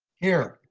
here,